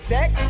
Sex